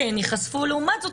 כן ייחשפו לעומת זאת,